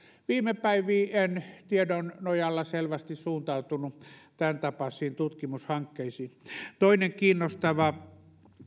viime päivien tiedon nojalla selvästi suuntautunut tämän tapaisiin tutkimushankkeisiin toinen kiinnostava